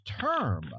term